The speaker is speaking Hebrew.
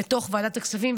לתוך ועדת הכספים.